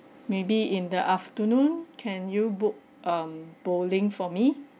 maybe in the afternoon can you book um bowling for me